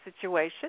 situation